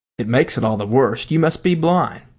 it makes it all the worse. you must be blind.